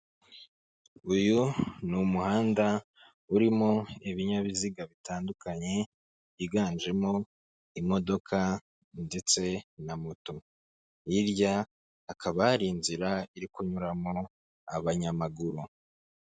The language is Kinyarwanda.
Uyu ni umuhanda urimo ibinyabiziga bitandukanye, higanjemo imodoka ndetse na moto. Hirya hakaba hari inzira iri kunyuramo abanyamaguru.